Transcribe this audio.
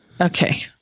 Okay